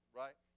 right